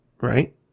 right